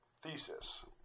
thesis